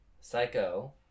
Psycho